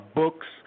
books